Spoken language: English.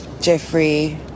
Jeffrey